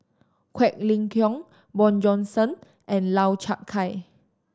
Quek Ling Kiong Bjorn Shen and Lau Chiap Khai